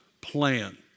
plan